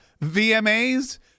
VMAs